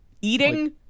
eating